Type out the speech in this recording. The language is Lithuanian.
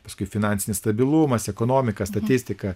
paskui finansinis stabilumas ekonomika statistika